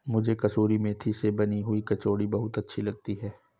मुझे कसूरी मेथी से बनी हुई कचौड़ी बहुत अच्छी लगती है